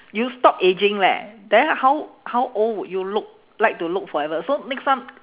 you stop ageing leh then how how old would you look like to look forever so next time